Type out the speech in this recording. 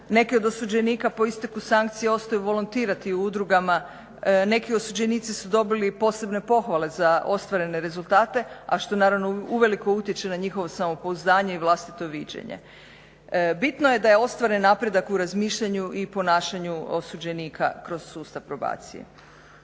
Neki od osuđenika po isteku sankcija ostaju volontirati u udrugama, neki osuđenici su dobili i posebne pohvale za ostvarene rezultate a što naravno uvelike utječe na njihovu samopouzdanje i vlastito viđenje. Bitno je da je ostvaren napredak u razmišljanju i ponašanju osuđenika kroz sustav probacije.